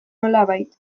nolabait